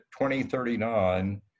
2039